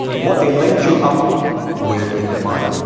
what they linked you up with in their mind.